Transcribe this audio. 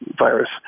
virus